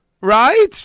Right